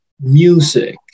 music